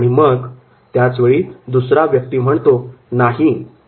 आणि मग त्याच वेळी दुसरा व्यक्ती म्हणतो 'नाही